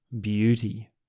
beauty